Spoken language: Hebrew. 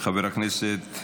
חבר הכנסת